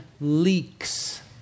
leaks